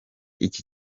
icyi